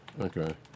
Okay